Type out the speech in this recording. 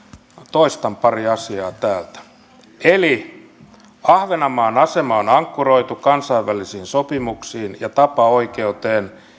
toistan pari asiaa täältä ahvenanmaan asema on ankkuroitu kansainvälisiin sopimuksiin ja tapaoikeuteen